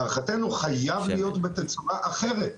להערכתנו, חייב להיות בתצורה אחרת: